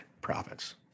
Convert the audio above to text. profits